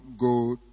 go